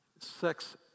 sex